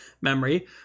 memory